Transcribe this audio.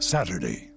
Saturday